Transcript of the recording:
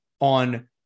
on